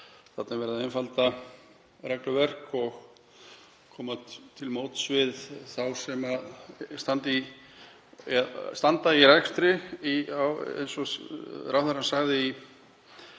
þarna er verið að einfalda regluverk og koma til móts við þá sem standa í rekstri, eins og ráðherrann sagði, í